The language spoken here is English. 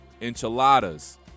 enchiladas